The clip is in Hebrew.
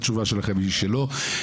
התשובה שלכם היא לא.